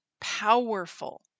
powerful